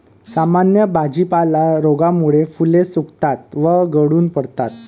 सामान्य भाजीपाला रोगामुळे फुले सुकतात व गळून पडतात